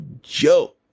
joke